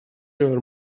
our